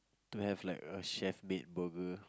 to have like a chef made burger